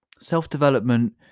Self-development